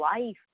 life